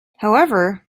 however